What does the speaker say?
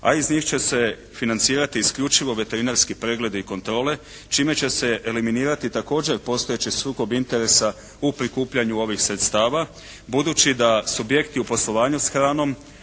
A iz njih će se financirati isključivo veterinarski pregledi i kontrole čime će se eliminirati također postojeći sukob interesa u prikupljanju ovih sredstava budući da subjekti u poslovanju s hranom